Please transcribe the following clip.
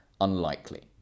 unlikely